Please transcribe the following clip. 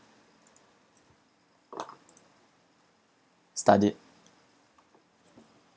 studied